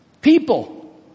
people